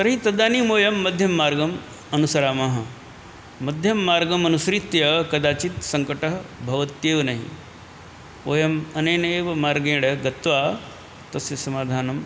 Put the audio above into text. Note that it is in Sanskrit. तर्हि तदानीं वयं मध्यममार्गम् अनुसरामः मध्यममार्गमनुसृत्य कदाचित् सङ्कटः भवत्येव नहि वयम् अनेनैव मार्गेण गत्वा तस्य समाधानं